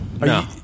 No